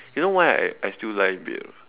you know why I I still lie in bed or not